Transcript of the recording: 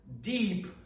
deep